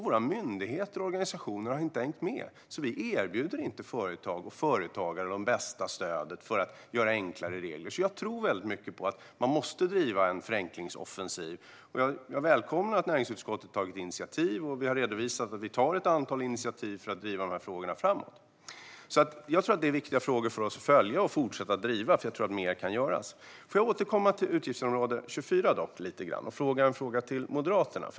Våra myndigheter och organisationer har inte hängt med. Vi erbjuder inte företag och företagare det bästa stödet genom att göra enklare regler. Jag tror väldigt mycket på att man måste driva en förenklingsoffensiv. Jag välkomnar att näringsutskottet tagit initiativ. Vi har redovisat att vi tar ett antal initiativ för att driva frågorna framåt. Det är viktiga frågor för oss att följa och fortsätta att driva. Jag tror att mer kan göras. Jag vill återkomma till utgiftsområde 24 lite grann och ställa en fråga till Moderaterna.